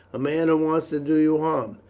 a man who wants to do you harm.